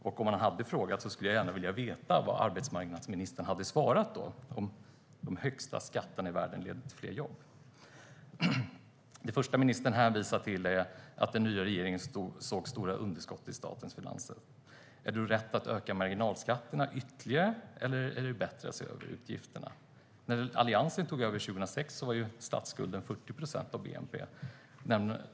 Om han hade frågat skulle jag gärna vilja veta vad arbetsmarknadsministern hade svarat på frågan om de högsta skatterna i världen leder till fler jobb. Det första ministern hänvisar till är att den nya regeringen såg stora underskott i statens finanser. Är det då rätt att öka marginalskatterna ytterligare, eller är det bättre att se över utgifterna? När Alliansen tog över 2006 var statsskulden 40 procent av bnp.